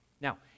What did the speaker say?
Now